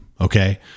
okay